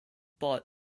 but